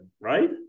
right